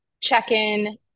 check-in